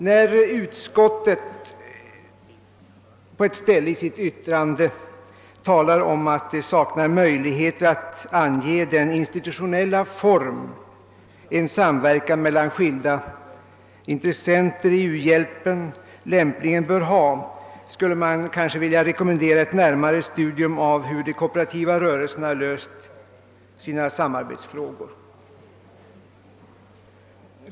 När utskottet på ett ställe i sitt yttrande säger att det saknar möjlighet att ange den institutionella form en samverkan mellan skilda intressenter i u-hjälpen lämpligen bör ha, skulle man kanske vilja rekommendera ett närmare studium av hur den kooperativa rörelsen har löst sina samarbetsfrågor.